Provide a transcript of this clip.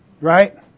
Right